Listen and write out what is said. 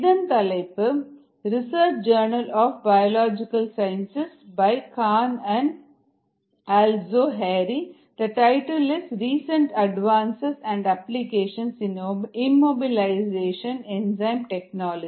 இதன் தலைப்பு recent advances and applications in immobilisation technologies a review Research Journal of Biological Sciences this by Khan and Alzohairy